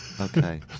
Okay